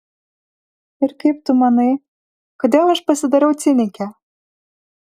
ir kaip tu manai kodėl aš pasidariau cinikė